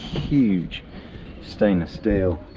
huge stainless steel